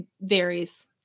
varies